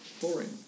boring